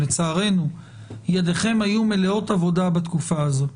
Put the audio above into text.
לצערנו ידיכם היו מלאות עבודה בתקופה הזו,